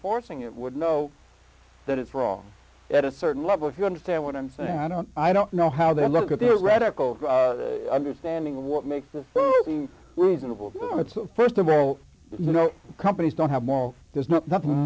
forcing it would know that it's wrong at a certain level if you understand what i'm saying i don't i don't know how they look at their radical understanding of what makes this reasonable and it's st of all you know companies don't have moral there's nothing